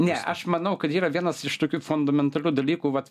ne aš manau kad yra vienas iš tokių fundamentalių dalykų vat